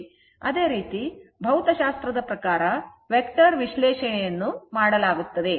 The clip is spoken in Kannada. ಅದೇ ರೀತಿ ಭೌತಶಾಸ್ತ್ರದ ಪ್ರಕಾರ ವೆಕ್ಟರ್ ವಿಶ್ಲೇಷಣೆಯನ್ನು ಮಾಡಲಾಗುತ್ತದೆ